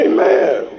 Amen